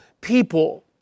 people